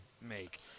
make